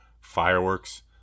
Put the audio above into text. fireworks